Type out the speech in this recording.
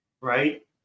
right